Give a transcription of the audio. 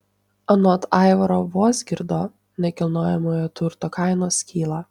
anot aivaro vozgirdo nekilnojamojo turto kainos kyla